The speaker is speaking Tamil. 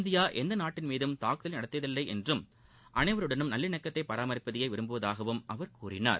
இந்தியா எந்த நாட்டின் மீதும் தாக்குதல் நடத்தியதில்லை என்றும் அனைவருடனும் நல்லிணக்கத்தை பராமரிப்பதையே விரும்புவதாகவும் அவர் கூறினார்